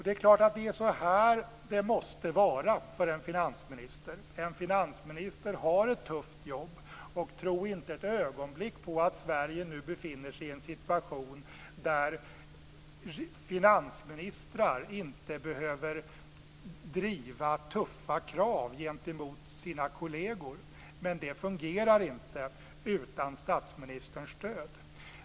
Det är så det måste vara för en finansminister. En finansminister har ett tufft jobb. Tro inte ett ögonblick på att Sverige befinner sig i en situation där finansministrar inte behöver driva tuffa krav gentemot sina kolleger. Det fungerar inte utan statsministerns stöd.